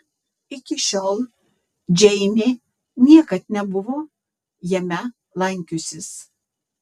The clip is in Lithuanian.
iki šiol džeinė niekad nebuvo jame lankiusis